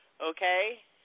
Okay